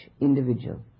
individual